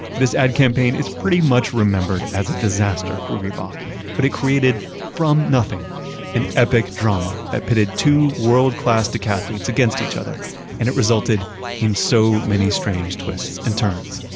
this ad campaign is pretty much remembered as a disaster for reebok but it created from nothing an epic drama that pitted two world-class decathletes against each other and it resulted in so many strange twists and turns,